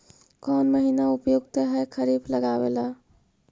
कौन महीना उपयुकत है खरिफ लगावे ला?